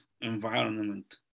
environment